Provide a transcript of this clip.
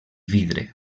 vidre